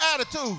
attitude